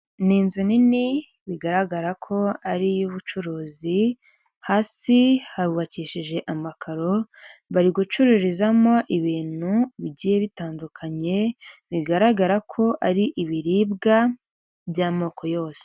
Ni inzu nini bigaragara ko ari iy'ubucuruzi; hasi hubakishije amakaro; bari gucururizamo ibintu bigiye bitandukanye bigaragara ko ari ibiribwa by'amoko yose.